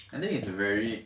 I think it's very